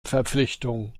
verpflichtung